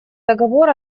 договор